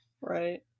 Right